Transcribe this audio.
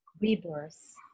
rebirth